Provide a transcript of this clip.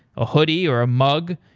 a hoodie, or a mug,